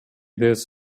this